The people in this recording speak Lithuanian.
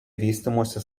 vystymosi